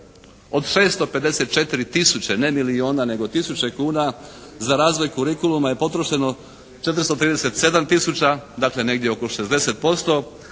Od 654 tisuće ne milijuna nego tisuće kuna za razvoj kurikuluma je potrošeno 437 tisuća, dakle negdje oko 60%